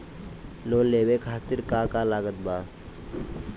Loan लेवे खातिर का का लागत ब?